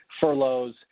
furloughs